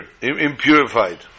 impurified